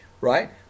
right